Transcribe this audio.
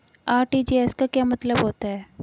RTGS का क्या मतलब होता है?